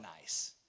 nice